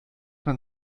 man